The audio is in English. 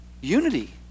unity